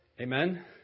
Amen